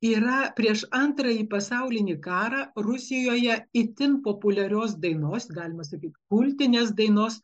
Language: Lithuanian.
yra prieš antrąjį pasaulinį karą rusijoje itin populiarios dainos galima sakyti kultinės dainos